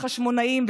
אמת החשמונאים,